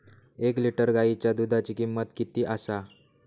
एक लिटर गायीच्या दुधाची किमंत किती आसा?